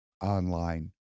online